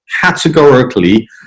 categorically